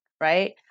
right